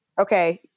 okay